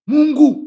Mungu